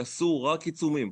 הם יעשו רק עיצומים.